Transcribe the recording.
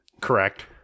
Correct